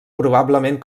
probablement